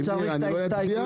אני לא אצביע.